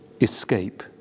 escape